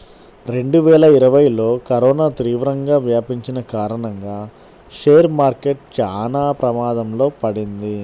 రెండువేల ఇరవైలో కరోనా తీవ్రంగా వ్యాపించిన కారణంగా షేర్ మార్కెట్ చానా ప్రమాదంలో పడింది